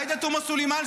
עאידה תומא סלימאן,